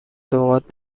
لغات